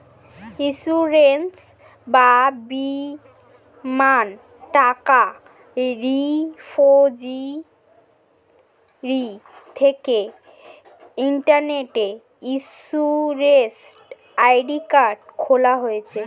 insurance বা বীমার টাকা রিপোজিটরি থেকে ইন্টারনেটে ইন্সুরেন্স অ্যাকাউন্ট খোলা যায়